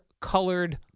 colored